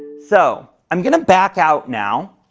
so, i'm going to back out now,